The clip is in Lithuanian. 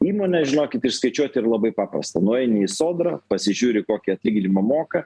įmonę žinokit išskaičiuot yra labai paprasta nueini į sodrą pasižiūri kokį atlyginimą moka